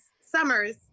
Summers